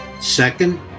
Second